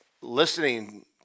listening